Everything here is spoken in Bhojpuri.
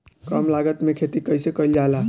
कम लागत में खेती कइसे कइल जाला?